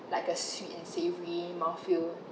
like a sweet and savory mouthfeel